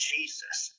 Jesus